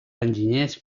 enginyers